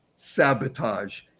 sabotage